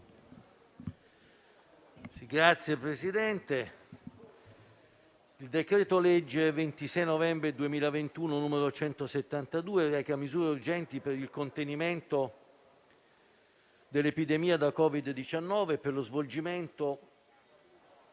Signor Presidente, il decreto-legge 26 novembre 2021, n. 172, reca misure urgenti per il contenimento dell'epidemia da Covid-19 e per lo svolgimento